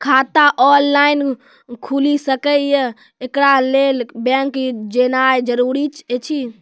खाता ऑनलाइन खूलि सकै यै? एकरा लेल बैंक जेनाय जरूरी एछि?